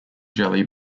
jelly